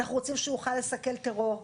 אנחנו רוצים שהוא יוכל לסכל טרור.